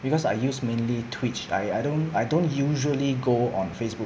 because I use mainly twitch I I don't I don't usually go on facebook